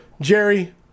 Jerry